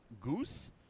Goose